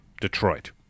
Detroit